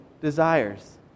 desires